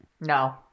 No